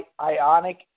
ionic